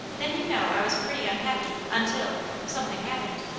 then you know i was pretty unhappy until something happened.